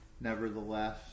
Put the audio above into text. Nevertheless